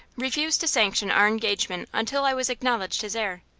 refused to sanction our engagement until i was acknowledged his heir.